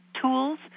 tools